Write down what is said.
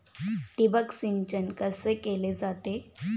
ठिबक सिंचन कसे केले जाते?